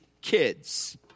kids